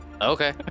okay